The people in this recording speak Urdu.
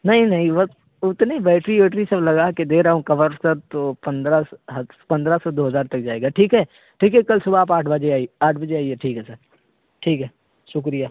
نہیں نہیں اتنی بیٹری ویٹری سب لگا کے دے رہا ہوں کور سب تو پندرہ پندرہ سو دو ہزار تک جائے گا ٹھیک ہے ٹھیک ہے کل صبح آپ آٹھ بجے آٹھ بجے آئیے ٹھیک ہے سر ٹھیک ہے شکریہ